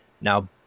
Now